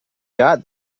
got